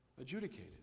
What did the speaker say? adjudicated